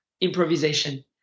improvisation